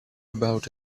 about